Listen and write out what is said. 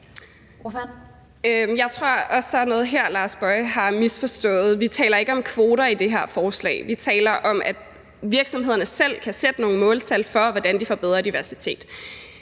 Jeg tror også, at der er noget her, hr. Lars Boje Mathiesen har misforstået. Vi taler ikke om kvoter i det her forslag. Vi taler om, at virksomhederne selv kan sætte nogle måltal for, hvordan de får bedre diversitet.